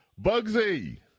Bugsy